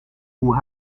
hoe